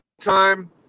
time